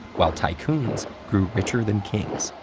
while tycoons grew richer than kings.